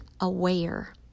aware